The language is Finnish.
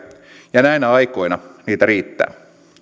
ja näinä aikoina niitä riittää